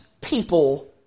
people